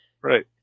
Right